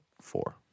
four